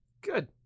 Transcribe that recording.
good